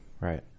Right